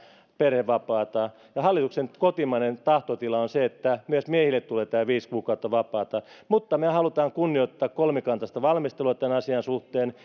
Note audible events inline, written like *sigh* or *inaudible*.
perhevapaata hallituksen kotimainen tahtotila on se että myös miehille tulee viisi kuukautta vapaata mutta me haluamme kunnioittaa kolmikantaista valmistelua tämän asian suhteen *unintelligible*